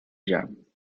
jam